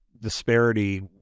disparity